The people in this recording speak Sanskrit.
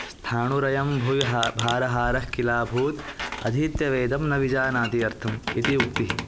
स्थाणुरयं भूयः भारहारः किलाभूत् अधीत्य वेदं न विजानाति अर्थम् इति उक्तिः